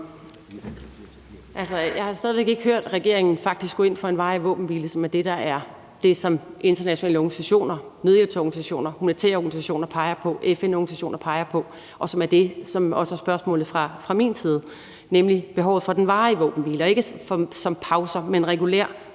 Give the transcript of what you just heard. Jeg har stadig væk ikke hørt regeringen faktisk gå ind for en varig våbenhvile, som er det, som internationale organisationer, nødhjælpsorganisationer, humanitære organisationer, FN-organisationer peger på, og som er det, som også er spørgsmålet fra min side, nemlig behovet for den varige våbenhvile og ikke som pauser, men regulær